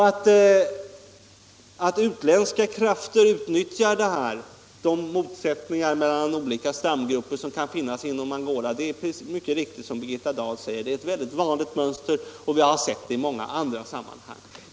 Att utländska krafter utnyttjar de motsättningar som kan finnas mellan — Om svenska olika stamgrupper i Angola är, precis som Birgitta Dahl säger, ett vanligt — initiativ till förmån mönster, och vi har sett det i många andra sammanhang.